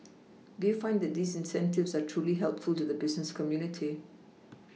do you find that these incentives are truly helpful to the business community